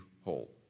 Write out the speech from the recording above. whole